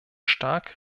starke